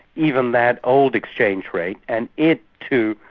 even that old exchange rate, and it too,